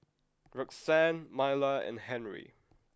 Roxann Myla and Henry